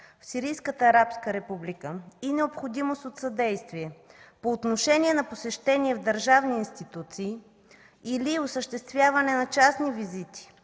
в Сирийската арабска република и необходимост от съдействие по отношение на посещение в държавни институции или осъществяване на частни визити